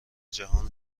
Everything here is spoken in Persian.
جهان